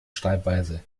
schreibweise